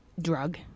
drug